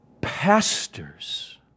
pastors